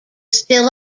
still